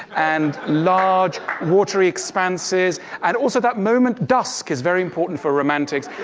and large watery expanses and also that moment dusk is very important for romantics.